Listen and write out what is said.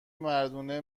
مردونه